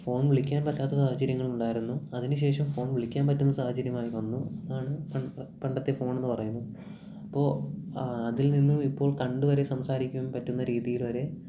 phone വിളിക്കാൻ പറ്റാത്ത സാഹചര്യങ്ങൾ ഉണ്ടായിരുന്നു അതിനുശേഷം ഫോൺ വിളിക്കാൻ പറ്റുന്ന സാഹചര്യമായി വന്നു അതാണ് പൺ പണ്ടത്തെ ഫോൺ എന്നു പറയുന്നു അപ്പോള് അതിൽനിന്നു ഇപ്പോൾ കണ്ടുവരെ സംസാരിക്കാൻ പറ്റുന്ന രീതിയിൽ വരെ